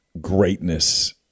greatness